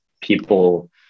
people